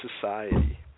society